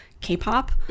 K-pop